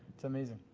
it's amazing.